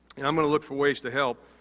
and i'm gonna look for ways to help.